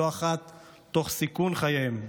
לא אחת תוך סיכון חייהם,